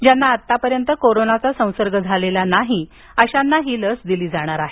ज्यांना आतापर्यंत कोरोनाचा संसर्ग झालेला नाही अशांना ही लस दिली जाणार आहे